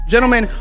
Gentlemen